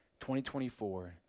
2024